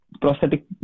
prosthetic